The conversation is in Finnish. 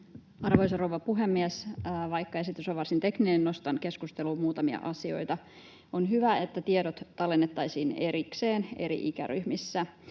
Arvoisa rouva puhemies! Vaikka esitys on varsin tekninen, nostan keskusteluun muutamia asioita. On hyvä, että tiedot tallennettaisiin erikseen eri ikäryhmissä.